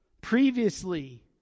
Previously